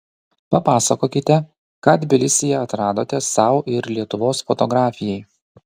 papasakokite ką tbilisyje atradote sau ir lietuvos fotografijai